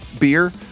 beer